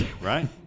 Right